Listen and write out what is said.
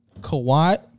Kawhi